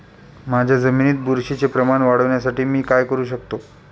माझ्या जमिनीत बुरशीचे प्रमाण वाढवण्यासाठी मी काय करू शकतो?